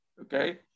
okay